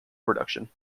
production